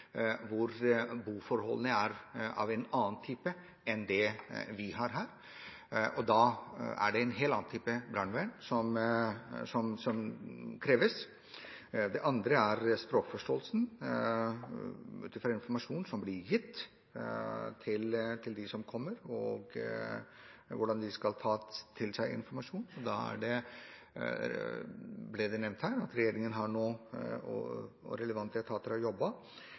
hvor boforholdene er av en annen type enn det vi har her. Da er det en helt annen type brannvern som kreves. Det andre er språkforståelsen av den informasjonen som blir gitt til dem som kommer, og hvordan de skal ta til seg informasjonen. Det ble nevnt her at regjeringen og relevante etater har